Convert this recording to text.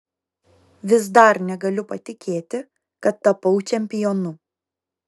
vis dar negaliu patikėti kad tapau čempionu